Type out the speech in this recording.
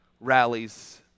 rallies